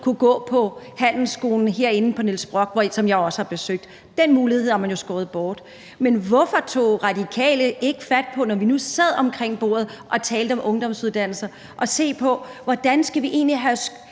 kunne gå på handelsskolen herinde på Niels Brock, som jeg også har besøgt. Den mulighed har man jo skåret bort. Men hvorfor tog Radikale ikke fat på, når vi nu sad omkring bordet og talte om ungdomsuddannelser, at se på, hvordan vi egentlig skal